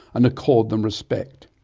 and accord them respect.